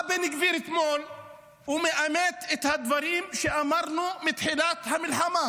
בא בן גביר אתמול ומאמת את הדברים שאמרנו מתחילת המלחמה.